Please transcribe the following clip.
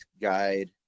guide